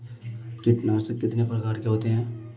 कीटनाशक कितने प्रकार के होते हैं?